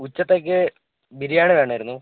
ഉച്ചത്തേക്ക് ബിരിയാണി വേണമായിരുന്നു